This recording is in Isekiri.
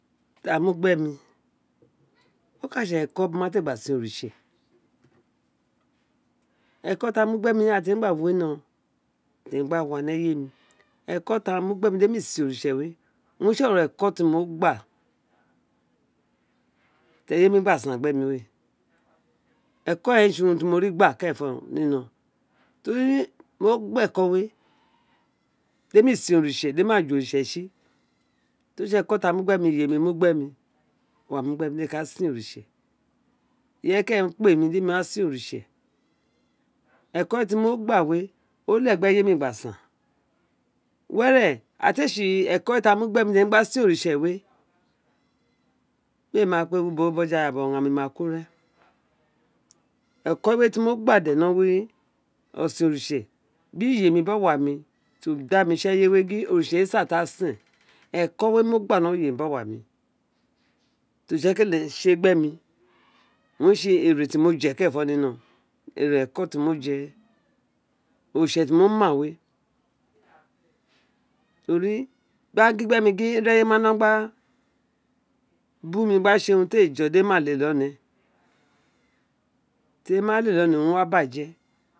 Tí a mu gbe mí oka tsí e̱kó bí mã ti éè sén oritse eko ti ja mu mu bemi bems we hir iva tr mo gbe aba wino temp. gbs qye var elko tra hu de milè sen oritse we owna ré tsí oronron élko ti mo gba treye mr gba singh our we eko, eko, othsan õwen re tsí urun tí mot vi gba ins sen oritse di fori wo gba eko we diemi. di emi me ju onte sí to tsí eko tí mo gba a mugbe fmt rí ail yemur mu ghemi owa mi mu gbemi aén dr orits, treye mo san ikeren kpe pe is dremt nh sen oritse eks to mo obs we a leghe rye my aby kn wetre ira ofr ex thi leko era mu gbemi te mi gba se̱n oritsé we mè mà kpe wi ubowẹ beja we ọghárán mí ma ku rèn eko we ti mo gba de we ni ewo oritse bi iyemi bi ows mi tí oda mi tsi éyèwe gin oritse owun re san tí a sen eko we mo gba ni ewo iyemi bi owami tr oritse kele tsi éè gbemi owub re tsí ere tí mo yet kẹrẹnfọ ní no ire eko tí ḿo je we oritse tí mo ma we fori da gin gbe nmi gin ireye ma no gba by mu gba tse urum tra jo gin di emí ma lele one terí mo ma lele one mo wo baje.